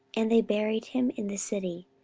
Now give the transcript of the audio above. and they buried him in the city,